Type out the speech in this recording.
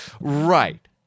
Right